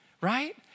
right